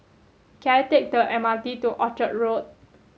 can I take the M R T to Orchard Road